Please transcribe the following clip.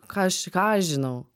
ką aš ką aš žinau